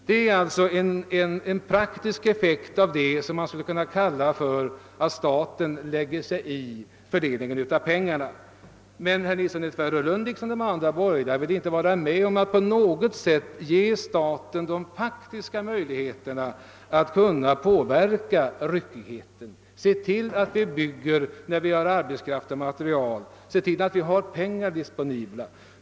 Det är alltså en politik, som skulle kunna sägas innebära att staten lägger sig i fördelningen av pengarna. Herr Nilsson i Tvärålund vill liksom de övriga på borgerligt håll dock inte vara med om att ge staten de faktiska möjligheterna att kunna undvika ryckigheten, genom att vi har pengar disponibla och kan bygga när det finns arbetskraft och material.